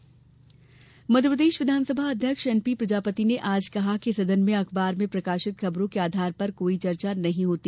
विधानसभा अध्यक्ष मध्यप्रदेश विधानसभा अध्यक्ष एन पी प्रजापति ने आज कहा कि सदन में अखबार में प्रकाशित खबरों के आधार पर कोई चर्चा नहीं होती